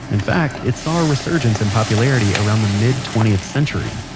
in fact it saw a resurgence in popularity around the mid twentieth century.